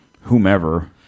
whomever